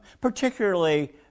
particularly